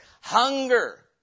hunger